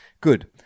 Good